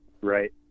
Right